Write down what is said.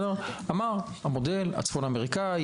הוא אמר והסביר את המודל הצפון אמריקני.